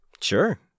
Sure